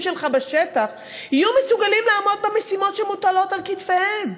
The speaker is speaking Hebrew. שלך בשטח יהיו מסוגלים לעמוד במשימות שמוטלות על כתפיהם?